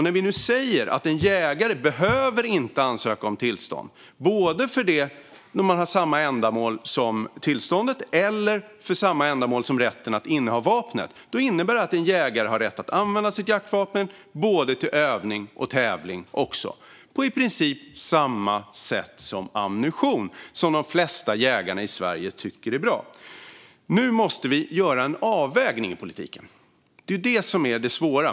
När vi nu säger att en jägare inte behöver ansöka om tillstånd vare sig för samma ändamål som tillståndet avser eller för samma ändamål som rätten att inneha vapnet innebär det att en jägare har rätt att använda sitt jaktvapen både till övning och till tävling på i princip samma sätt som gäller för ammunition, vilket de flesta jägare i Sverige tycker är bra. Nu måste vi göra en avvägning i politiken. Det är det som är det svåra.